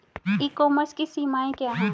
ई commerce की सीमाएं क्या हैं?